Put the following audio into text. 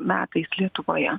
metais lietuvoje